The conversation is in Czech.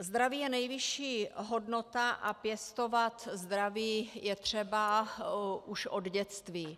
Zdraví je nejvyšší hodnota a pěstovat zdraví je třeba už od dětství.